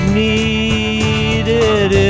needed